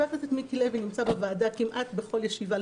חבר הכנסת מיקי לוי נמצא בוועדה כמעט בכל ישיבה,